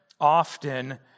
often